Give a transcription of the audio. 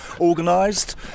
organised